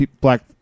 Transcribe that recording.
black